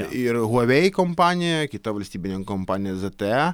ir huavei kompanija kita valstybinė kompanija zte